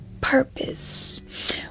purpose